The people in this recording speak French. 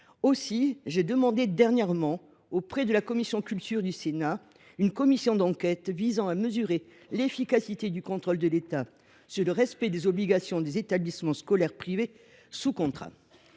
Aussi ai je demandé à la commission de la culture du Sénat une commission d’enquête visant à mesurer l’efficacité du contrôle de l’État sur le respect des obligations des établissements scolaires privés sous contrat.